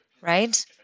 right